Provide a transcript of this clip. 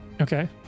Okay